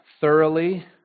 thoroughly